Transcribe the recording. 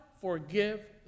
Forgive